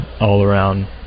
all-around